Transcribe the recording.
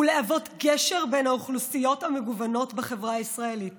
להוות גשר בין האוכלוסיות המגוונות בחברה הישראלית